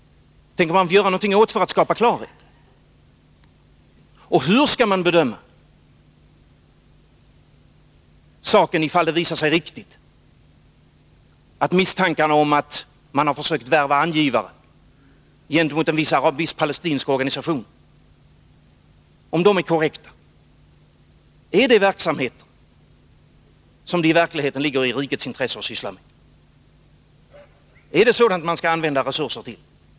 Tänker man göra någonting åt saken för att skapa klarhet? Hur skall man bedöma frågan, ifall det visade sig att misstankarna om att man har försökt värva angivare gentemot en viss palestinsk organisation är korrekta? Är det verksamheter som i verkligheten ligger i rikets intresse att syssla med? Är det sådant man skall använda resurser till?